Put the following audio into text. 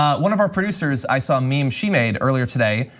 um one of our producers, i saw a meme she made earlier today,